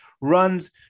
runs